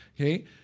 Okay